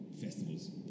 festivals